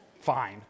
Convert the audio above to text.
Fine